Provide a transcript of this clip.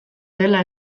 dela